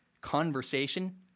conversation